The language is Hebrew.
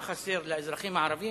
מה חסר לאזרחים הערבים